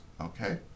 Okay